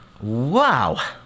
Wow